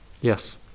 Yes